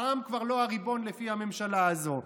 העם כבר לא הריבון לפי הממשלה הזו.